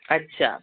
اچھا